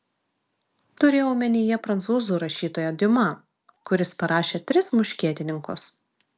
turėjau omenyje prancūzų rašytoją diuma kuris parašė tris muškietininkus